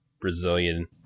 Brazilian